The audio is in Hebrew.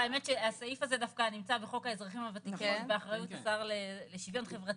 הסעיף הזה נמצא בחוק האזרחים הוותיקים ובאחריות השר לשוויון חברתי.